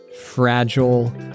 fragile